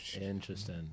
Interesting